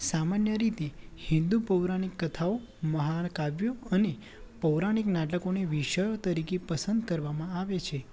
સામાન્ય રીતે હિંદુ પૌરાણિક કથાઓ મહાકાવ્યો અને પૌરાણિક નાટકોને વિષયો તરીકે પસંદ કરવામાં આવે છે